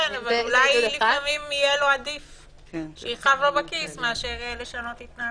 אולי לפעמים יהיה עדיף לו שיכאב לו בכיס מאשר לשנות התנהגות.